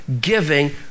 giving